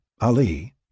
Ali